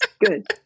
Good